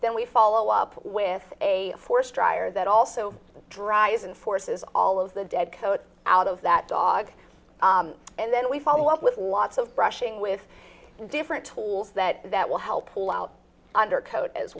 then we follow up with a force dryer that also dries and forces all of the dead coat out of that dog and then we follow up with lots of brushing with different tools that that will help pull out undercoat as